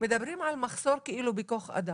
מדברים על מחסור בכוח אדם.